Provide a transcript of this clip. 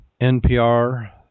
NPR